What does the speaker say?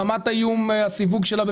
רמת האיום והסיווג שלה,